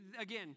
again